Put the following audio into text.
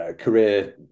career